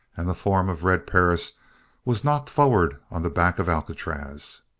and the form of red perris was knocked forward on the back of alcatraz!